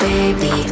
Baby